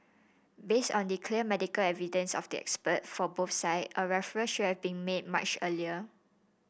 based on the clear medical evidence of the expert for both sides a referral should have been made much earlier